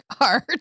art